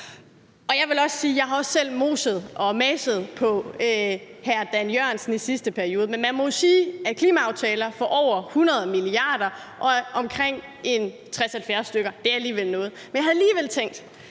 jeg også selv har moset og maset på hr. Dan Jørgensen i sidste periode, men man må jo sige, at klimaaftaler for over 100 mia. kr. og omkring 60-70 stykker alligevel er noget, men jeg havde alligevel tænkt,